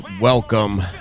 welcome